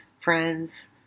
friends